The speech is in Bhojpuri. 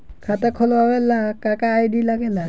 खाता खोलवावे ला का का आई.डी लागेला?